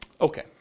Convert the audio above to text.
Okay